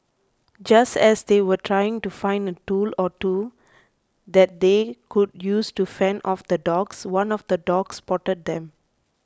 just as they were trying to find a tool or two that they could use to fend off the dogs one of the dogs spotted them